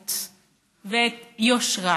בהגינות ויושרה,